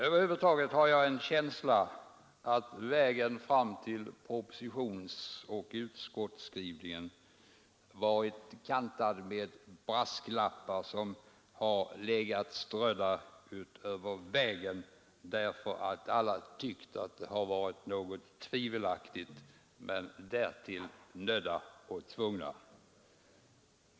Över huvud taget har jag en känsla av att vägen fram till propositionsoch utskottsskrivningen varit kantad av brasklappar; alla har tyckt att detta är något tvivelaktigt men känner sig därtill nödda och tvungna.